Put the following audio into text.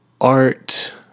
art